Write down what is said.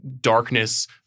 darkness